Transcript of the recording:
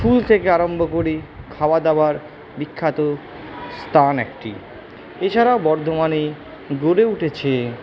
ফুল থেকে আরাম্ভ করে খাওয়া দাওয়ার বিখ্যাত স্থান একটি এ ছাড়াও বর্ধমানে গড়ে উঠেছে